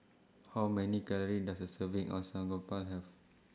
How Many Calories Does A Serving of Samgeyopsal Have